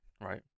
right